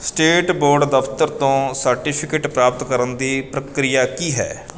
state board ਦਫਤਰ ਤੋਂ certificate ਪ੍ਰਾਪਤ ਕਰਨ ਦੀ ਪ੍ਰਕਿਰਿਆ ਕੀ ਹੈ